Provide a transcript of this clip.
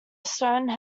stone